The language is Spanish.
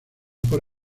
por